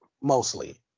mostly